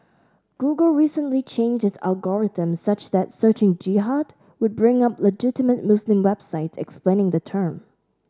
google recently changed its algorithms such that searching Jihad would bring up legitimate Muslim websites explaining the term